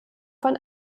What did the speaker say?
von